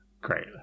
great